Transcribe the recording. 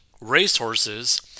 racehorses